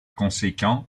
conséquent